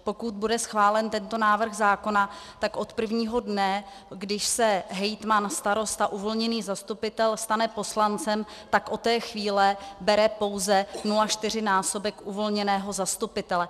Pokud bude schválen tento návrh zákona, tak od prvního dne, když se hejtman, starosta, uvolněný zastupitel stane poslancem, tak od té chvíle bere pouze 0,4násobek uvolněného zastupitele.